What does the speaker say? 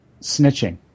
snitching